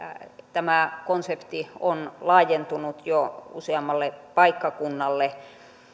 tämä konsepti on laajentunut jo useammalle paikkakunnalle